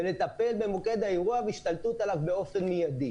ולטפל במוקד האירוע והשתלטות עליו באופן מידי.